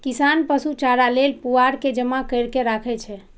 किसान पशु चारा लेल पुआर के जमा कैर के राखै छै